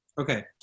Okay